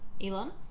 Elon